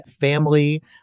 family